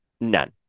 None